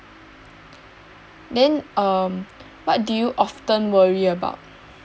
then um what do you often worry about